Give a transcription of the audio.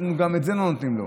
אנחנו גם את זה לא נותנים לו,